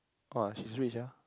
!wow! she's rich ah